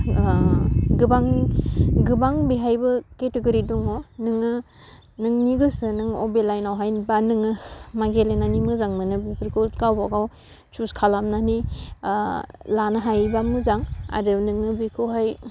गोबां गोबां बेहायबो खेटागरि दङ नोङो नोंनि गोसो नों बबे लाइनावहायबा नोङो मा गेलेनानै मोजां मोनो बेफोरखौ गाबागाव सुच खालामनानै लानो हायोबा मोजां आरो नोङो बेखौहाय